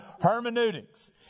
hermeneutics